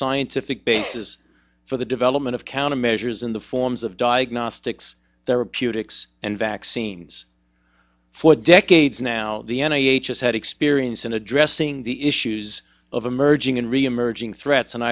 scientific basis for the development of countermeasures in the forms of diagnostics the reputed and vaccines for decades now d n a has had experience in addressing the issues of emerging and reemerging threats and